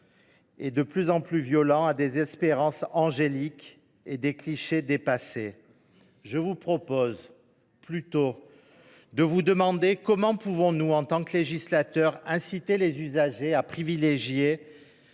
et de plus en plus violents, à des espérances angéliques et à des clichés dépassés. Je vous propose plutôt que nous nous posions la question suivante : comment pouvons nous, en tant que législateurs, inciter les usagers à privilégier